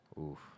Oof